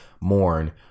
mourn